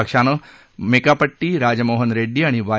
पक्षानं मेकापट्टी राजमोहन रेड्डी आणि वाय